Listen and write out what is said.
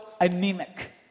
anemic